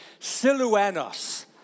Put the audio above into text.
siluanos